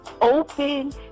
open